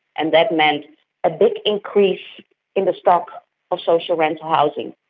and that meant a big increase in the stock of social rental housing.